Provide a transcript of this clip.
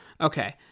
Okay